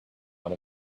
one